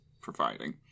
providing